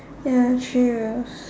ya three wheels